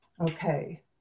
Okay